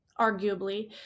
arguably